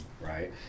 right